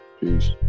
peace